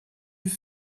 yüz